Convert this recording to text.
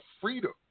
freedom